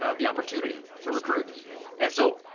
ah the opportunity, to recruit. and so,